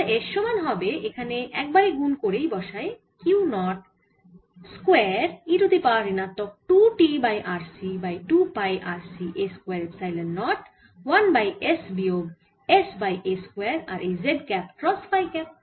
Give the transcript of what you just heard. তাহলে S সমান হবে এখানে এক বারে গুন করেই বসাই Q naught square e to the power ঋণাত্মক 2t by RC by 2 pi RC a square epsilon naught 1 by s বিয়োগ s বাই a স্কয়ার আর এই z cap cross phi cap